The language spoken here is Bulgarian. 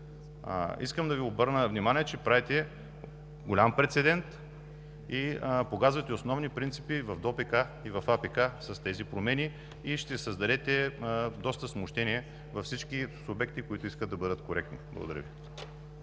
Искам да Ви обърна внимание, че правите голям прецедент и погазвате основни принципи в ДОПК и АПК с тези промени – ще създадете доста смущения във всички субекти, които искат да бъдат коректни. Благодаря Ви.